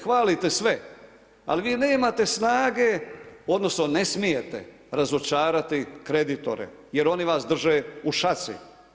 Hvalite sve, ali vi nemate snage odnosno ne smijete razočarati kreditore jer oni vas drže u šaci.